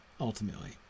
ultimately